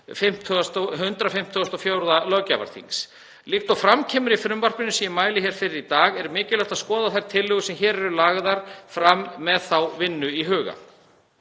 154. löggjafarþings. Líkt og fram kemur í frumvarpinu sem ég mæli hér fyrir í dag er mikilvægt að skoða þær tillögur sem hér eru lagðar fram með þá vinnu í huga.